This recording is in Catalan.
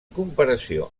comparació